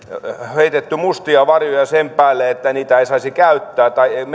heitetty mustia varjoja niitä ei saisi käyttää tai